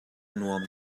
nuam